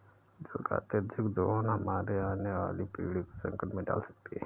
जल का अत्यधिक दोहन हमारे आने वाली पीढ़ी को संकट में डाल सकती है